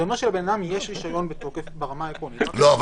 זה אומר שלבן אדם יש רישיון בתוקף ברמה העקרונית -- לא,